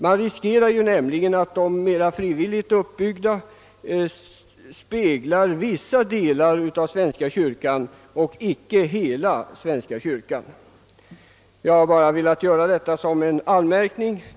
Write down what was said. Man riskerar nämligen att ett mer frivilligt uppbyggt organ endast speglar vissa delar av svenska kyrkan. Jag har velat göra denna anmärkning.